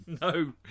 No